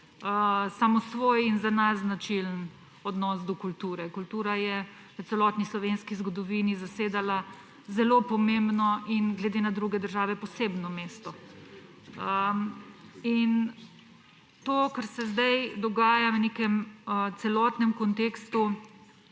samosvoj in za nas značilen odnos do kulture. Kultura je v celotni slovenski zgodovini zasedala zelo pomembno in glede na druge države posebno mesto. To, kar se sedaj dogaja v celotnem kontekstu